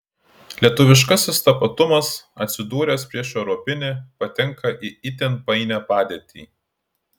lietuviškasis tapatumas atsidūręs prieš europinį patenka į itin painią padėtį